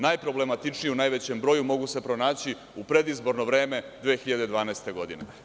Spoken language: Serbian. Najproblematičnije u najvećem broju mogu se pronaći u predizborno vreme 2012. godine.